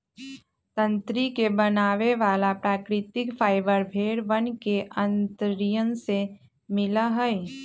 तंत्री के बनावे वाला प्राकृतिक फाइबर भेड़ वन के अंतड़ियन से मिला हई